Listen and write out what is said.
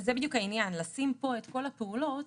אני מאמינה שזה שונה ממה שפרמדיק מקבל היום.